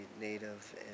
Native